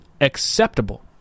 acceptable